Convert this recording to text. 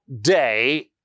day